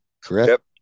correct